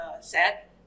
set